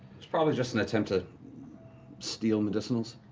was probably just an attempt to steal medicinals.